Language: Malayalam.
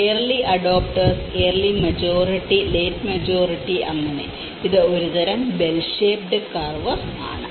early adopters early majority late majority അങ്ങനെ ഇത് ഒരു തരം ബെൽ ഷേപ്ഡ് കർവ് ആണ്